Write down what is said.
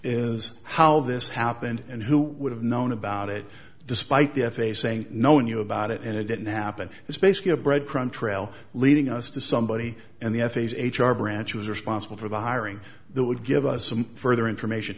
is how this happened and who would have known about it despite the f a saying no knew about it and it didn't happen it's basically a breadcrumb trail leading us to somebody and the f a's h r branch was responsible for the hiring they would give us some further information